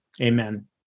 Amen